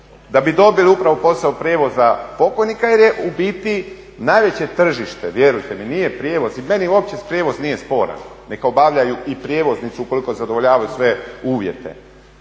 da bi dobili upravo posao prijevoza pokojnika. Jer je u biti najveće tržište vjerujte mi nije prijevoz i meni uopće prijevoz nije sporan, neka obavljaju i prijevoznici ukoliko zadovoljavaju sve uvjete